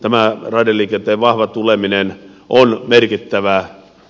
tämä raideliikenteen vahva tuleminen on merkittävä